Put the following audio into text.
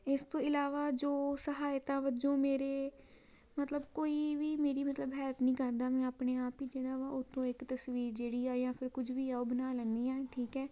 ਇਸ ਤੋਂ ਇਲਾਵਾ ਜੋ ਸਹਾਇਤਾ ਵਜੋਂ ਮੇਰੇ ਮਤਲਬ ਕੋਈ ਵੀ ਮੇਰੀ ਮਤਲਬ ਹੈਲਪ ਨਹੀਂ ਕਰਦਾ ਮੈਂ ਆਪਣੇ ਆਪ ਹੀ ਜਿਹੜਾ ਵਾ ਉੱਥੋਂ ਇੱਕ ਤਸਵੀਰ ਜਿਹੜੀ ਆ ਜਾਂ ਫਿਰ ਕੁਝ ਵੀ ਆ ਉਹ ਬਣਾ ਲੈਂਦੀ ਹਾਂ ਠੀਕ ਹੈ